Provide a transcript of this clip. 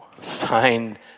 signed